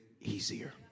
easier